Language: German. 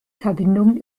verbindung